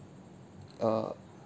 err